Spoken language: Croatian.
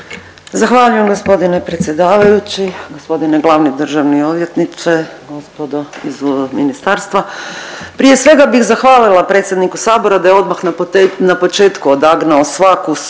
Zahvaljujem g. predsjedavajući, g. glavni državni odvjetniče, gospodo iz ministarstva. Prije svega bih zahvalila predsjedniku sabora da je odmah na početku odagnao svaku sumnju